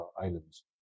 islands